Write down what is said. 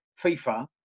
FIFA